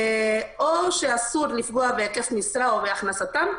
או שאסור לפגוע בהיקף משרה או בהכנסתם.